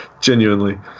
Genuinely